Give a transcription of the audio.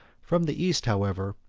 from the east, however,